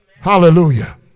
Hallelujah